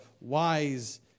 wise